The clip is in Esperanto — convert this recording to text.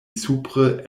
supre